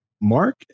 Mark